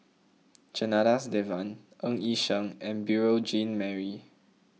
Janadas Devan Ng Yi Sheng and Beurel Jean Marie